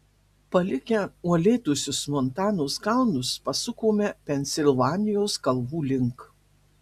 palikę uolėtuosius montanos kalnus pasukome pensilvanijos kalvų link